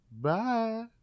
Bye